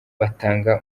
batanga